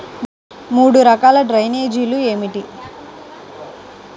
మూడు రకాల డ్రైనేజీలు ఏమిటి?